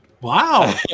Wow